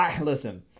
listen